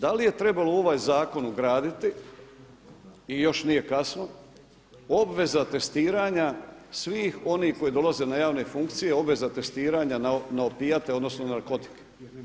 Da li je trebalo u ovaj zakon ugraditi i još nije kasno, obveza testiranja svih onih koji dolaze na javne funkcije obveza testiranja na opijate odnosno narkotike?